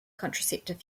contraceptive